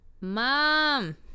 mom